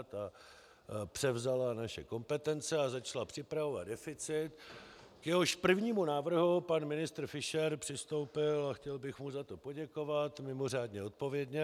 Ta převzala naše kompetence a začala připravovat deficit, k jehož prvnímu návrhu pan ministr Fischer přistoupil a chtěl bych mu za to poděkovat mimořádně odpovědně.